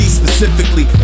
specifically